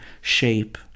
shape